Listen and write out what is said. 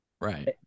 right